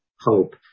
hope